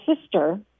sister